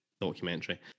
documentary